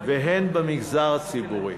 והן במגזר הציבורי.